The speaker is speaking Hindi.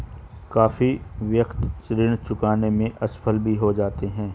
काफी व्यक्ति ऋण चुकाने में असफल भी हो जाते हैं